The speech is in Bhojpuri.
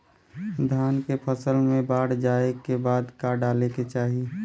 धान के फ़सल मे बाढ़ जाऐं के बाद का डाले के चाही?